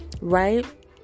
right